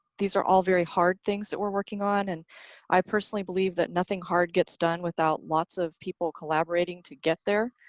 these are all very hard things that we're working on and i personally believe that nothing hard gets done without lots of people collaborating to get there.